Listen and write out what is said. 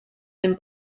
dem